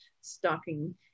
stocking